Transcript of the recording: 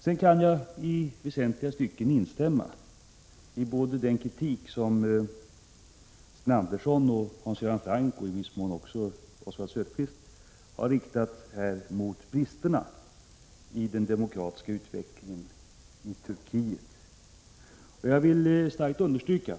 Sedan kan jag i väsentliga stycken instämma i den kritik som utrikesministern, Hans Göran Franck och i viss mån även Oswald Söderqvist har riktat mot bristerna i den demokratiska utvecklingen i Turkiet. Jag vill starkt understryka